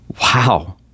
Wow